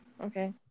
okay